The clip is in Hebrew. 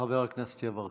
חבר הכנסת יברקן.